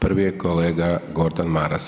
Prvi je kolege Gordan Maras.